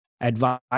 advice